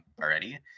already